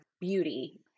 beauty